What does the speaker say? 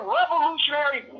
revolutionary